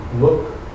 look